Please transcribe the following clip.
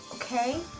ok?